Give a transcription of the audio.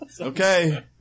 Okay